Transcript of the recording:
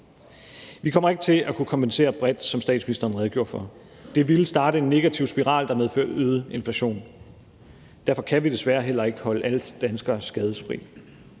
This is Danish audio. Vi kommer ikke til at kunne kompensere bredt, som statsministeren redegjorde for. Det ville starte en negativ spiral, der medfører øget inflation. Derfor kan vi desværre heller ikke holde alle danskere skadefri.